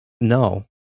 No